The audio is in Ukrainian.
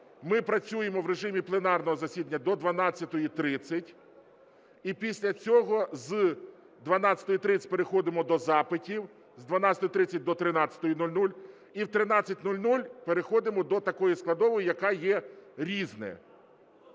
ми працюємо в режимі пленарного засідання до 12:30, і після цього з 12:30 переходимо до запитів, з 12:30 до 13:00, і о 13:00 переходимо до такої складової, яка є "Різне".